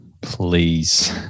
please